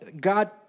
God